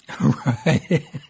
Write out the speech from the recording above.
Right